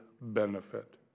benefit